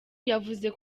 yavuze